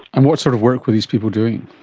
and what sort of work were these people doing?